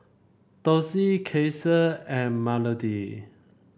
Dossie Kasey and Melodee